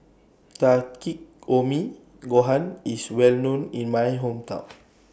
Takikomi Gohan IS Well known in My Hometown